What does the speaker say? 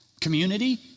community